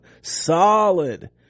solid